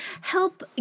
help